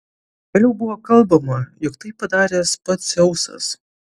vėliau buvo kalbama jog tai padaręs pats dzeusas